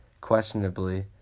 questionably